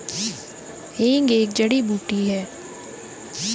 हींग एक जड़ी बूटी है